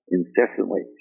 incessantly